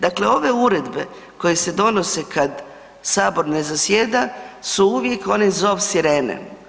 Dakle ove uredbe koje se donose kad Sabor ne zasjeda su uvijek onaj zov sirene.